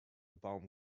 baum